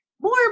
more